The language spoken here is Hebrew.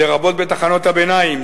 לרבות בתחנות הביניים,